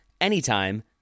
anytime